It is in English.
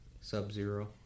Sub-Zero